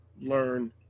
learn